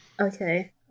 Okay